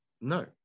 no